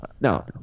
No